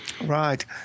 Right